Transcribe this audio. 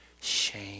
shame